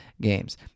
games